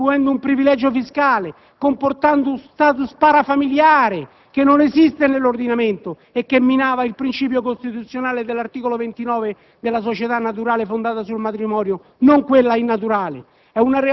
attribuendo un privilegio fiscale e creando uno *status* parafamiliare che non esiste nell'ordinamento e che minava il principio costituzionale dell'articolo 29 della società naturale fondata sul matrimonio, non di quella innaturale.